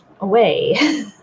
away